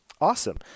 awesome